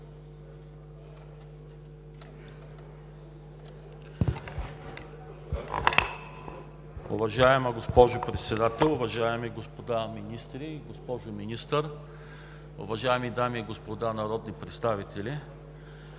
Уважаеми господин Председател, уважаеми дами и господа министри, уважаеми дами и господа народни представители!